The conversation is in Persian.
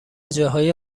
جاهای